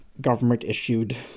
government-issued